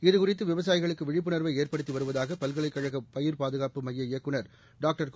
இதுகுறித்து விவசாயிகளுக்கு விழிப்புணர்வை ஏற்படுத்தி வருவதாக பல்கலைக் கழக பயிர் பாதுகாப்பு மைய இயக்குநர் டாக்டர் கு